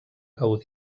gaudí